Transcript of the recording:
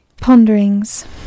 Ponderings